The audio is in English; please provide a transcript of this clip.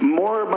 more